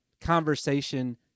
conversation